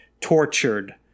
tortured